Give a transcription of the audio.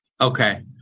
Okay